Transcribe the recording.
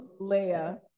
Leia